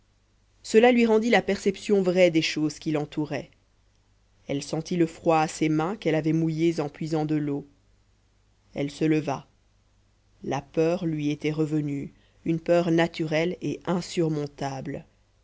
cela lui rendit la perception vraie des choses qui l'entouraient elle sentit le froid à ses mains qu'elle avait mouillées en puisant de l'eau elle se leva la peur lui était revenue une peur naturelle et insurmontable